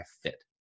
fit